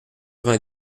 vingt